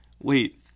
wait